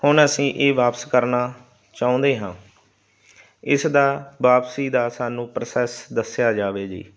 ਹੁਣ ਅਸੀਂ ਇਹ ਵਾਪਸ ਕਰਨਾ ਚਾਹੁੰਦੇ ਹਾਂ ਇਸ ਦਾ ਵਾਪਸੀ ਦਾ ਸਾਨੂੰ ਪ੍ਰੋਸੈਸ ਦੱਸਿਆ ਜਾਵੇ ਜੀ